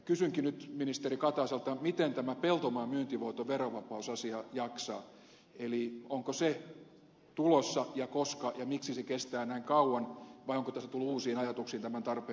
kysynkin nyt ministeri kataiselta miten tämä peltomaan myyntivoiton verovapausasia jaksaa eli onko se tulossa ja koska ja miksi se kestää näin kauan vai onko tässä tultu uusiin ajatuksiin tämän tarpeellisuudesta